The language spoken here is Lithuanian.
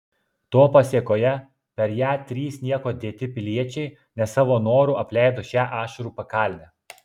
to pasėkoje per ją trys nieko dėti piliečiai ne savo noru apleido šią ašarų pakalnę